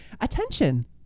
attention